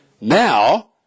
Now